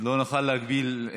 לא נוכל להגביל.